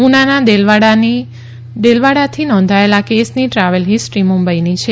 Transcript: ઉનાના દેલવાડાથી નોંધાયેલ આ કેસની ટ્રાવેલ હિસ્ટ્રી મુંબઇની છે